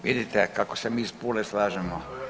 Vidite kako se mi iz Pule slažemo.